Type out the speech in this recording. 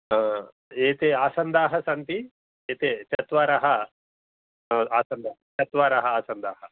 एते आसन्दाः सन्ति एते चत्वारः आसन्दाः चत्वारः आसन्दाः